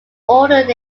ordered